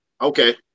Okay